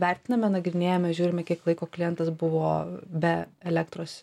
vertiname nagrinėjame žiūrime kiek laiko klientas buvo be elektros